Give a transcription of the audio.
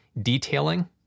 detailing